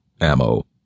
ammo